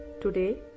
today